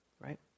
right